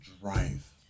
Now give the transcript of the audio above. drive